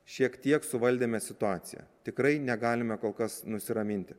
šiek tiek suvaldėme situaciją tikrai negalime kol kas nusiraminti